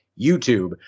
YouTube